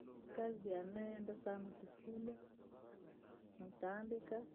Kazi yaani nayeenda saana kufulaa, nakaandikaa.